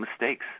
mistakes